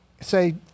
say